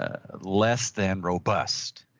ah less than robust.